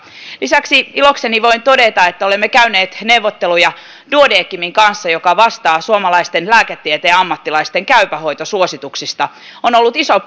lisäksi ilokseni voin todeta että olemme käyneet neuvotteluja duodecimin kanssa joka vastaa suomalaisten lääketieteen ammattilaisten käypä hoito suosituksista on ollut iso